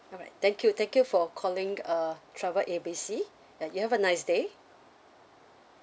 alright thank you thank you for calling uh travel A B C ya you have a nice day